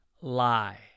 Lie